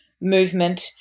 movement